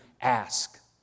ask